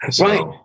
Right